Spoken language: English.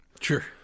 Sure